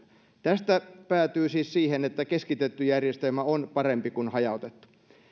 tästä päätyy siis siihen että keskitetty järjestelmä on parempi kuin hajautettu